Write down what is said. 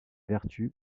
vertu